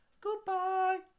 Goodbye